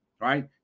right